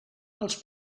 els